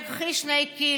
הקצב אומר: קחי שני קילו,